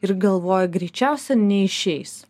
ir galvoju greičiausia neišeis